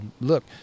look